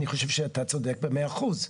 אני חושב שאתה צודק במאה אחוז.